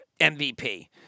MVP